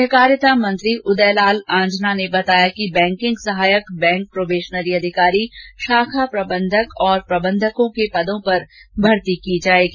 सहकारिता मंत्री उदय लाल आंजना ने बताया कि बैंकिंग सहायक बैंक प्रोबेशनरी अधिकारी शाखा प्रबन्धक प्रबन्धक के पदों पर भर्ती की जायेगी